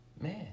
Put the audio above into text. Man